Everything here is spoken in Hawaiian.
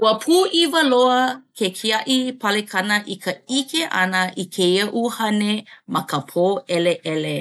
Ua pūʻiwa loa ke kiaʻi palekana i ka ʻike ʻana i kēia ʻuhane ma ka pōʻeleʻele.